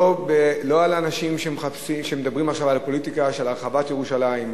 לא על האנשים שמדברים עכשיו על פוליטיקה של הרחבת ירושלים,